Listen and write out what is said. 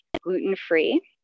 gluten-free